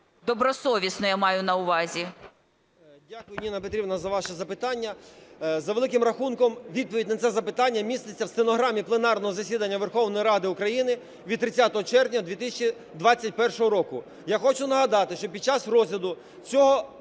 добросовісно, я маю на увазі?